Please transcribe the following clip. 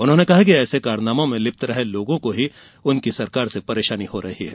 उन्होंने कहा कि ऐसे कारनामों में लिप्त रहे लोगों को ही उनकी सरकार से परेशानी हो रही है